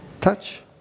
Touch